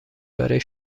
برای